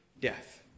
death